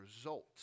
result